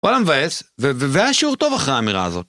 וואלה מבאס, והיה שיעור טוב אחרי האמירה הזאת.